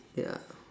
ya